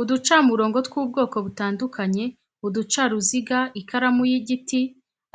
Uducamurongo tw'ubwoko butandukanye, uducaruziga, ikaranu y'igiti,